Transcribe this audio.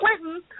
Clinton